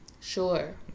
Sure